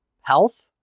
health